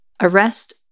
arrest